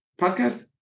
podcast